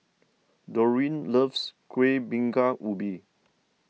Doreen loves Kuih Bingka Ubi